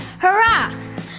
Hurrah